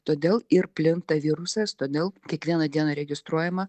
todėl ir plinta virusas todėl kiekvieną dieną registruojama